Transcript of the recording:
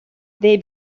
they